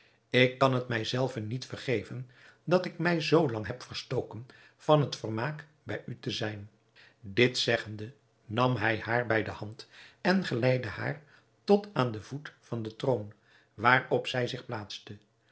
ik kan het mij zelven niet vergeven dat ik mij zoo lang heb verstoken van het vermaak bij u te zijn dit zeggende nam hij haar bij de hand en geleidde haar tot aan den voet van den troon waarop hij zich plaatste